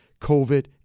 COVID